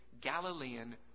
Galilean